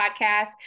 podcast